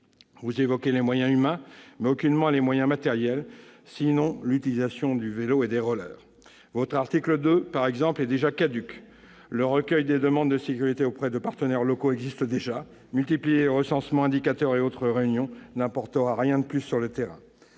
Vous évoquez les moyens humains, mais aucunement les moyens matériels, sinon l'utilisation du vélo et des rollers ... Votre article 2, par exemple, est déjà caduc. Le recueil des demandes de sécurité auprès de partenaires locaux existe déjà. Multiplier les recensements, indicateurs et autres réunions n'apportera rien de plus sur le terrain.